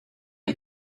and